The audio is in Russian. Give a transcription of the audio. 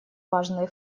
важные